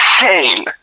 insane